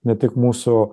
ne tik mūsų